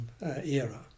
era